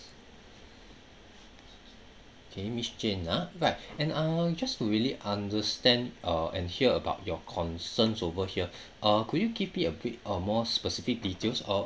okay miss jane ah right and ah just to really understand uh and hear about your concerns over here uh could you give it a bit uh more specific details of